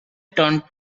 turned